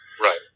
Right